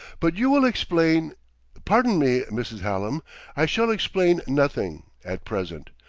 but you will explain pardon me, mrs. hallam i shall explain nothing, at present.